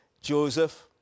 Joseph